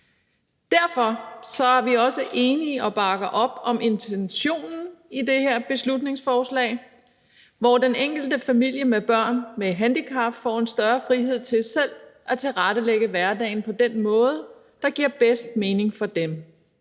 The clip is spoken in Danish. Derfor er vi også enige i og bakker op om intentionen i det her beslutningsforslag om, at den enkelte familie med børn med handicap får en større frihed til selv at tilrettelægge hverdagen på den måde, der giver bedst mening for dem,